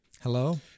Hello